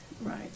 Right